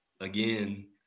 again